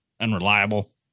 unreliable